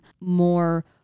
more